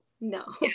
No